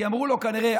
כי אמרו לו כנראה,